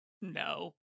No